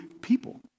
people